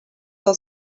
del